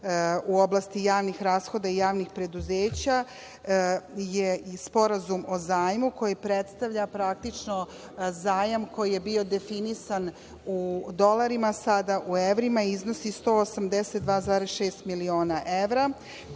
u oblasti javnih rashoda i javnih preduzeća je Sporazum o zajmu koji predstavlja praktično zajam koji je bio definisan u dolarima, sada u evrima, i iznosi 182,6 miliona evra,